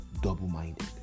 double-minded